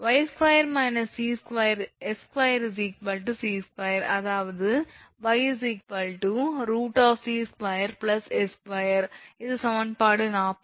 𝑦2 − 𝑠2 𝑐2 அதாவது 𝑦 √𝑐2𝑠2 இது சமன்பாடு 40